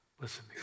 listen